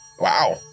Wow